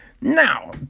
Now